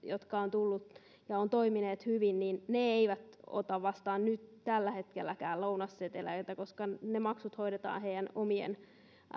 tulleet ja ovat toimineet hyvin ja ne eivät ota vastaan nyt tälläkään hetkellä lounasseteleitä koska ne maksut hoidetaan heidän omien